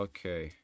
Okay